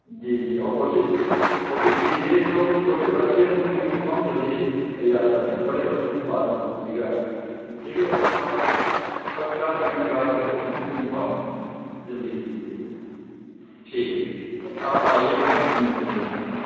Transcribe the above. جی جی اور کوشش کوشش کیجئے جو چھوٹے بچے ہیں ان کا یونیفارم جلدی تیار کر دیں بڑے بچوں کو بعد میں دیجئے گا ٹھیک ہے first class first class second class والے بچوں کو یونیفارم جلدی کیجئے ٹھیک ہے تو آپ آئیے کل ملتے ہیں انشاء اللہ